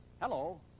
Hello